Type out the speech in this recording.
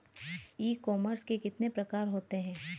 ई commerce के कितने प्रकार होते हैं?